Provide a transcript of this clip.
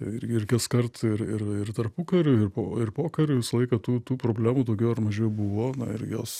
ir kaskart ir ir ir tarpukariu ir po ir pokariu visą laiką tų tų problemų daugiau ar mažiau buvo na ir jos